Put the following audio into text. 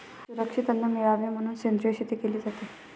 सुरक्षित अन्न मिळावे म्हणून सेंद्रिय शेती केली जाते